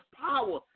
power